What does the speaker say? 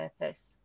purpose